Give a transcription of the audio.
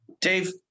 Dave